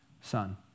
son